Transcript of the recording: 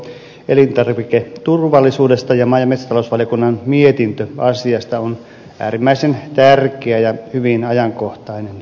valtioneuvoston selonteko elintarviketurvallisuudesta ja maa ja metsätalousvaliokunnan mietintö asiasta ovat äärimmäisen tärkeitä ja hyvin ajankohtaisia